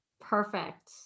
Perfect